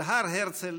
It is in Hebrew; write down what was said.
אל הר הרצל,